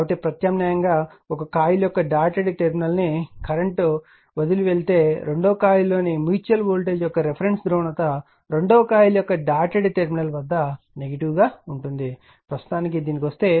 కాబట్టి ప్రత్యామ్నాయంగా ఒక కాయిల్ యొక్క డాటెడ్ టెర్మినల్ను కరెంట్ వదిలివెళ్తే రెండవ కాయిల్లోని మ్యూచువల్ వోల్టేజ్ యొక్క రిఫరెన్స్ ధ్రువణత రెండవ కాయిల్ యొక్క డాటెడ్ టెర్మినల్ వద్ద నెగటివ్ గా ఉంటుంది ప్రస్తుతానికి దీనికి వస్తే